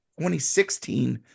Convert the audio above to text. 2016